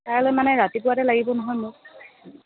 কাইলৈ মানে ৰাতিপুৱাতে লাগিব নহয় মোক